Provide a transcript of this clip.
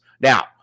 Now